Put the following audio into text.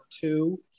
two